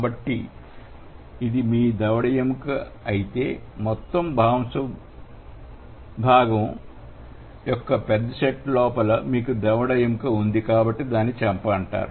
కాబట్టి ఇది మీ దవడ ఎముక అయితే మొత్తం మాంసపు భాగం యొక్క పెద్ద సెట్ లోపల మీకు దవడ ఎముక ఉంది కాబట్టి దానిని చెంప అని అంటారు